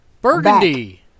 Burgundy